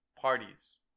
parties